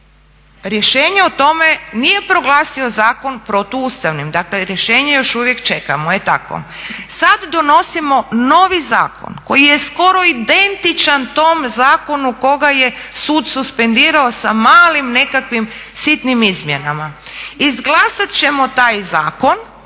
rješenje o tome nije proglasio zakon protuustavnim, dakle rješenje još uvijek čekamo jel tako. Sada donosimo novi zakon koji je skoro identičan tom zakonu koga je sud suspendirao sa malim nekakvim sitnim izmjenama. Izglasat ćemo taj zakon